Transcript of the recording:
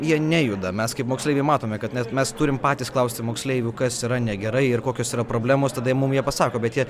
jie nejuda mes kaip moksleiviai matome kad net mes turim patys klausti moksleivių kas yra negerai ir kokios yra problemos tada jie mum jie pasako bet jie